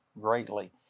greatly